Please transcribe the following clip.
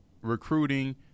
recruiting